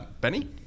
Benny